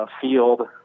field